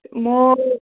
মই